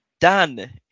dan